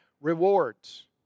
rewards